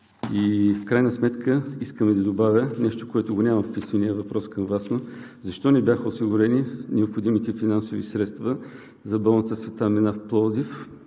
с пандемията? Искам да добавя нещо, което го няма в писмения въпрос към Вас: защо не бяха осигурени необходимите финансови средства за болница „Свети Мина“ в Пловдив